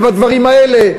ובדברים האלה,